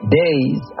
days